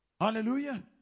Hallelujah